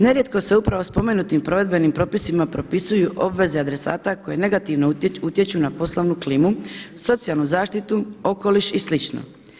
Nerijetko se upravo spomenutim provedbenim propisima propisuju obveze adresata koje negativno utječu na poslovnu klimu, socijalnu zaštitu, okoliš i slično.